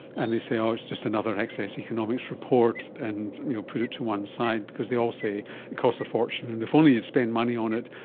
and they say, oh, it's just another access economics report and you know put it to one side because they all say it costs a fortune, and if only you'd spend money on it,